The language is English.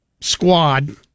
squad